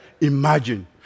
imagine